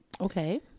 Okay